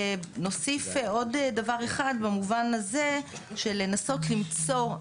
נוסיף עוד דבר אחד במובן הזה של לנסות למצוא,